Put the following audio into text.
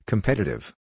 Competitive